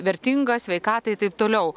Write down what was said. vertinga sveikatai taip toliau